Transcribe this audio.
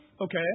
Okay